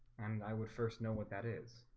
and i would first know what that is